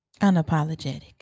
unapologetic